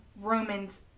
Romans